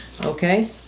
Okay